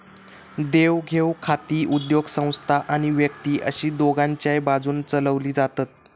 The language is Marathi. देवघेव खाती उद्योगसंस्था आणि व्यक्ती अशी दोघांच्याय बाजून चलवली जातत